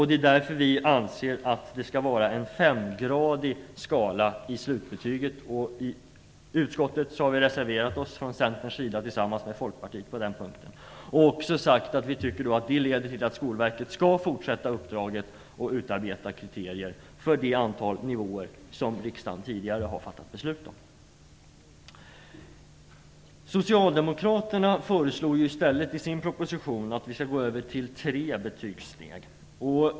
Det är därför som vi anser att det skall vara en femgradig skala i slutbetyget. Vi har i utskottet reserverat oss tillsammans med Folkpartiet på den punkten och även sagt att vi därför tycker att Skolverket skall fortsätta med sitt uppdrag och utarbeta kriterier för det antal nivåer som riksdagen tidigare har beslutat. Socialdemokraterna föreslår i sin proposition i stället att vi skall gå över till tre betygssteg.